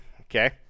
okay